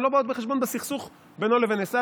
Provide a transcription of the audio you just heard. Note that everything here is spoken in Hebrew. הן לא באות בחשבון בסכסוך בינו לבין עשיו,